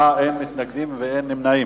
בעד, 28, אין מתנגדים ואין נמנעים.